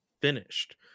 finished